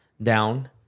down